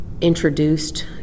introduced